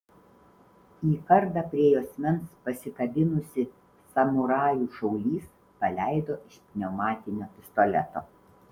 į kardą prie juosmens pasikabinusį samurajų šaulys paleido iš pneumatinio pistoleto